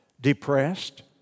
depressed